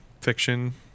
fiction